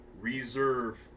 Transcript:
reserve